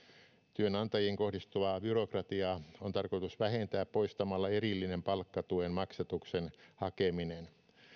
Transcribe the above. työnantajiin kohdistuvaa byrokratiaa on tarkoitus vähentää poistamalla erillinen palkkatuen maksatuksen hakeminen